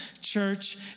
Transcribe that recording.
Church